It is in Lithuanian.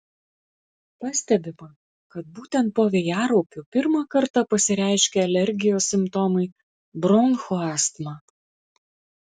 pastebima kad būtent po vėjaraupių pirmą kartą pasireiškia alergijos simptomai bronchų astma